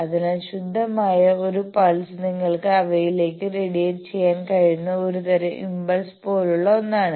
അതിനാൽ ശുദ്ധമായ ഒരു പൾസ് നിങ്ങൾക്ക് അവയിലേക്ക് റേഡിയേറ്റ് ചെയ്യാൻ കഴിയുന്ന ഒരുതരം ഇമ്പൾസ് പോലുള്ള ഒന്നാണ്